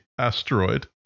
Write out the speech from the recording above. asteroid